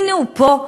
הנה הוא פה,